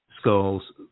skulls